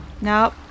Nope